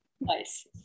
Nice